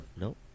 Nope